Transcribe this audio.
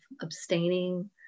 abstaining